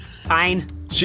Fine